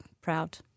proud